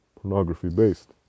pornography-based